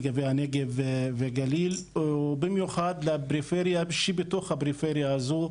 לגבי הנגב והגליל ובמיוחד לפריפריה שבתוך הפריפריה הזו,